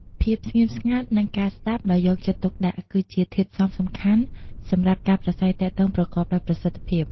ភាពស្ងៀមស្ងាត់ និងការស្តាប់ដោយយកចិត្តទុកដាក់ គឺជាធាតុផ្សំសំខាន់សម្រាប់ការប្រាស្រ័យទាក់ទងប្រកបដោយប្រសិទ្ធភាព។